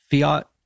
fiat